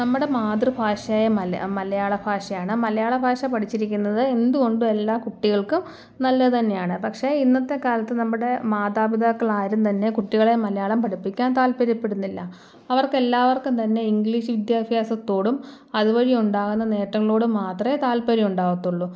നമ്മുടെ മാതൃഭാഷയായ മല മലയാള ഭാഷയാണ് മലയാളഭാഷ പഠിച്ചിരിക്കുന്നത് എന്തുകൊണ്ടും എല്ലാ കുട്ടികൾക്കും നല്ലത് തന്നെയാണ് പക്ഷേ ഇന്നത്തെ കാലത്ത് നമ്മുടെ മാതാപിതാക്കളാരും തന്നെ കുട്ടികളെ മലയാളം പഠിപ്പിക്കാൻ താല്പര്യപ്പെടുന്നില്ല അവർക്കെല്ലാവർക്കും തന്നെ ഇംഗ്ലീഷ് വിദ്യാഭ്യാസത്തോടും അതുവഴി ഉണ്ടാകുന്ന നേട്ടങ്ങളോടും മാത്രമേ താൽപര്യം ഉണ്ടാകത്തുള്ളൂ